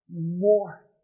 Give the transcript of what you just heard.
more